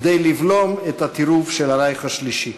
כדי לבלום את הטירוף של הרייך השלישי.